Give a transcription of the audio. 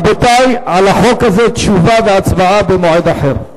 רבותי, על החוק הזה תשובה והצבעה במועד אחר.